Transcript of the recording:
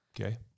Okay